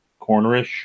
cornerish